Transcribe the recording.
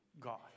God